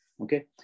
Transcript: okay